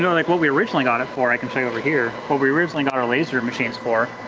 like what we originally got it for, i can show you over here. what we originally got our laser machines for,